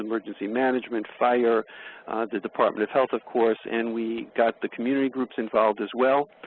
emergency management, fire, the department of health, of course, and we got the community groups involved as well.